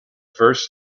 first